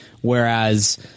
Whereas